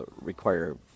require